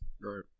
right